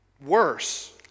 worse